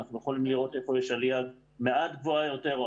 אנחנו יכולים לראות היכן יש עלייה מעט גבוהה יותר או